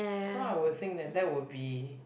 so I would think that that will be